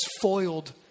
foiled